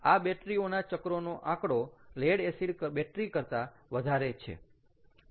આ બેટરી ઓના ચક્રોનો આંકડો લેડ એસિડ બેટરી કરતા વધારે છે